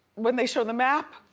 when they show the map.